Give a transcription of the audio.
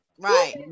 right